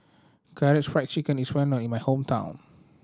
Karaage Fried Chicken is well known in my hometown